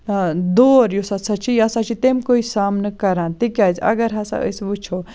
دور یُس ہَسا چھُ یہِ ہَسا چھُ تمکُے سامنہٕ کَران تکیازِ اگر ہَسا أسۍ وٕچھو